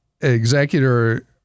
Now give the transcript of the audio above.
executor